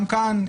גם כאן,